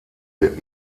wird